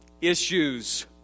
issues